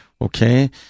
okay